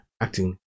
acting